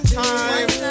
time